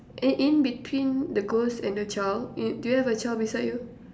in in between the ghost and the child uh you do you have a child beside you